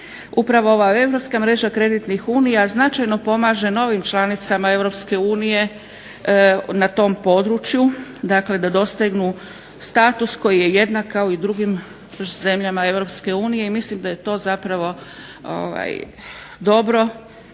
upravo ova europska mreža kreditnih unija značajno pomaže novim članicama Europske unije na tom području, dakle da dostignu status koji je jednak kao i u drugim zemljama Europske unije i mislim da je to zapravo dobro